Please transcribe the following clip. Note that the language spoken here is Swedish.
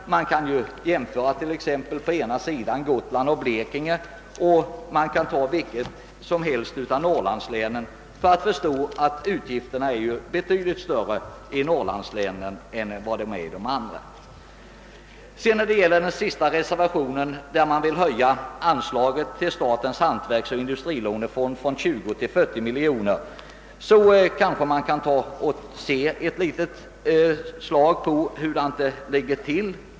Om man jämför t.ex. Gotland och Blekinge med vilket som helst av norrlandslänen förstår man, att utgifterna är betydligt större i norrlandslänen än i övriga län. I reservationen nr 6 föreslås en höjning av anslaget till Statens hantverksoch industrilånefond från 20 miljoner till 40 miljoner kronor.